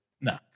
No